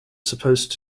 supposed